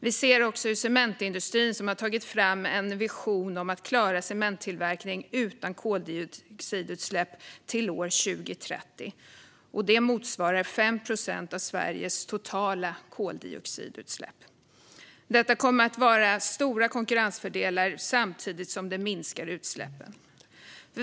Vi ser också att cementindustrin har tagit fram en vision om att klara cementtillverkning utan koldioxidutsläpp till 2030, vilket motsvarar 5 procent av Sveriges totala koldioxidutsläpp. Detta kommer att innebära stora konkurrensfördelar samtidigt som det minskar utsläppen.